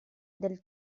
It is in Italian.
del